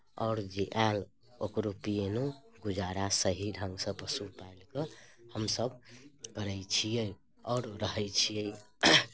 आओर जे आयल ओकरो पिएललहुँ गुजारा सही ढङ्गसँ पशु पालि कऽ हम सभ करैत छियै आओर रहैत छियै